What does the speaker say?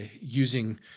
using